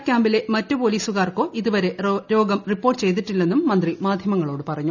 ക്യാംപിലെ മറ്റു പൊലീസുകാർക്കോ ഇതുവരെ രോഗം റിപ്പോർട്ട് ചെയ്തിട്ടില്ലെന്നും മന്ത്രി മാധ്യമങ്ങളോടു പറഞ്ഞു